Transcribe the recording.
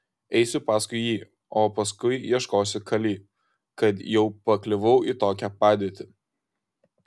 eisiu paskui jį o paskui ieškosiu kali kad jau pakliuvau į tokią padėtį